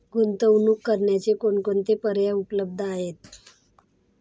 गुंतवणूक करण्याचे कोणकोणते पर्याय उपलब्ध आहेत?